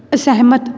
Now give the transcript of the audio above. ਅਸਹਿਮਤ